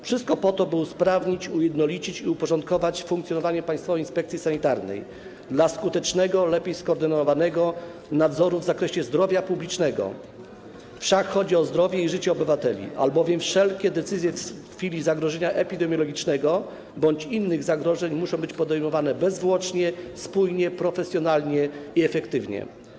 Wszystko po to, by usprawnić, ujednolicić i uporządkować funkcjonowanie Państwowej Inspekcji Sanitarnej w celu skutecznego, lepiej skoordynowanego nadzoru w zakresie zdrowia publicznego, wszak chodzi o zdrowie i życie obywateli, albowiem wszelkie decyzje w chwili zagrożenia epidemiologicznego bądź innych zagrożeń muszą być podejmowane bezzwłocznie, spójnie, profesjonalnie i efektywnie.